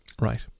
right